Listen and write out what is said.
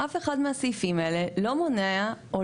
אף אחד מהסעיפים האלה לא אומר פוזיטיבית,